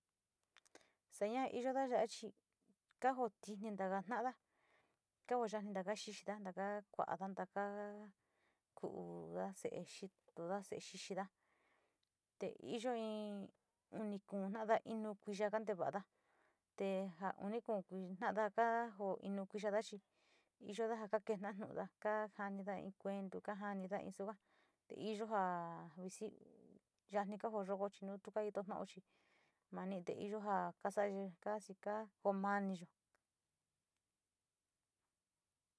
Se´e ña iyoda chi ka jou tini mada ta´ada ka koo yani, taka xixida, taka kuada, taka kuda, see xixoda, se’e xixida te iyo in uni, kuunada, inu kuiyo kante va´a te ja uni, kuun toda mada jo inu kuiyoda chi iyoda jo kajanida in kuentu kajanida iyo ja visi yani kajoyodo nutu kajito tao chi mani te iyo ja kasa kasi ka komaniyo.